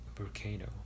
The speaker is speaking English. volcano